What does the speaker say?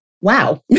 Wow